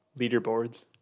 leaderboards